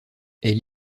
elle